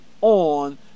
on